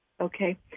Okay